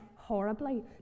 horribly